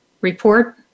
report